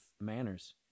manners